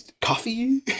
coffee